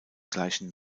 gleichen